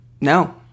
No